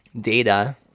data